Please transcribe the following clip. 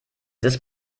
ist